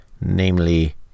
namely